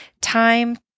time